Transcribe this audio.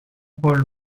paul